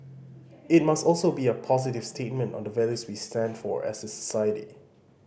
it must also be a positive statement on the values we stand for as a society